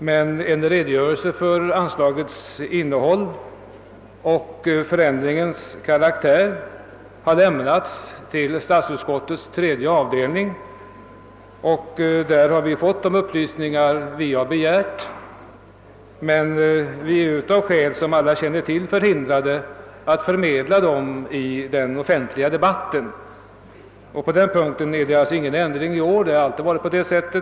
Men en redogörelse för anslagets innehåll och förändringens karaktär har lämnats till statsutskottets tredje avdelning, och där har vi fått de upplysningar vi begärt. Vi är emellertid, som sagt, förhindrade att förmedla dessa upplysningar i den offentliga debatten. Det är ingen nyhet — det har alltid varit på detta sätt.